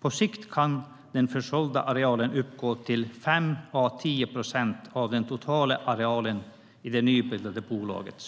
På sikt kan den försålda arealen uppgå till 5-10 % av den totala arealen i det nybildade bolaget.